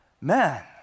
man